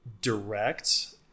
direct